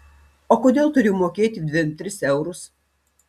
o kodėl turiu mokėti dvim tris eurus